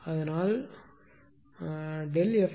அதனால் ΔF 0